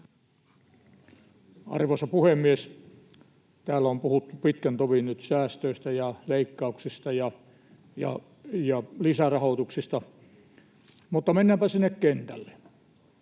Arvoisa puhemies! Täällä on puhuttu pitkä tovi nyt säästöistä ja leikkauksista ja lisärahoituksista, mutta mennäänpä sinne kentälle: